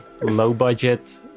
low-budget